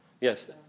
Yes